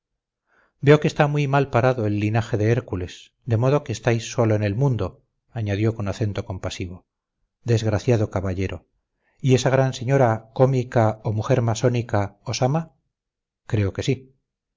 veo que está muy malparado el linaje de hércules de modo que estáis solo en el mundo añadió con acento compasivo desgraciado caballero y esa gran señora cómica o mujer masónica os ama creo que sí